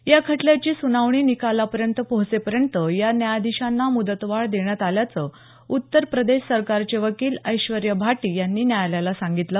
या खटल्याची सुनावणी निकालापर्यंत पोहोचेपर्यंत या न्यायाधीशांना मुदतवाढ देण्यात आल्याचं उत्तर प्रदेश सरकारचे वकील ऐश्वर्य भाटी यांनी न्यायालयाला सांगितलं